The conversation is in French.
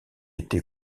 été